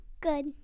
good